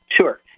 Sure